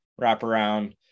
wraparound